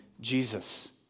Jesus